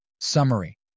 Summary